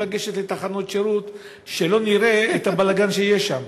לגשת לתחנות שירות כדי שלא נראה את הבלגן שיש שם.